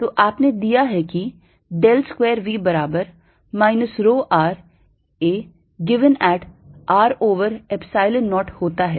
तो आपने दिया है कि del square V बराबर minus rho r a given at that r over Epsilon 0 होता है